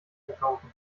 verkaufen